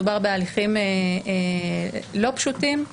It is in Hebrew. מדובר בהליכים לא פשוטים.